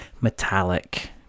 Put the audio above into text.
metallic